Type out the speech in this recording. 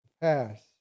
pass